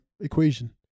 equation